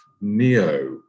Neo